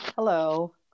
hello